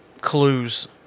clues